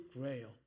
Grail